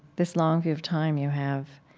this long view of time you have.